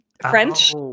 French